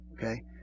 okay